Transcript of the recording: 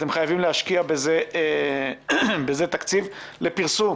אתם חייבים להשקיע בזה תקציב לפרסום.